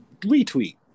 retweet